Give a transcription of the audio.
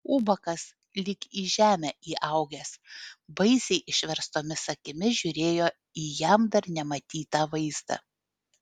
ubagas lyg į žemę įaugęs baisiai išverstomis akimis žiūrėjo į jam dar nematytą vaizdą